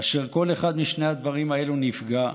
כאשר כל אחד משני הדברים האלו נפגע,